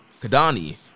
Kadani